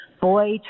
Boy